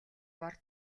бор